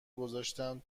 گذاشتم